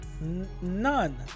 none